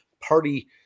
party